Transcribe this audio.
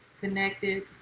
Connected